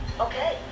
okay